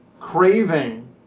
craving